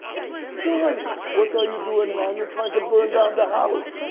and he says, son, what are you doing man? you're trying to burn down the house!